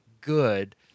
good